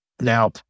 Now